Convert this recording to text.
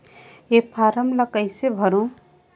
ये फारम ला कइसे भरो?